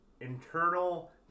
internal